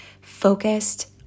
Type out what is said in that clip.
focused